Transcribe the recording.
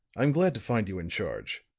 i'm glad to find you in charge.